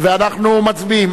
אנחנו מצביעים.